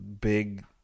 big